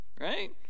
Right